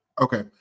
Okay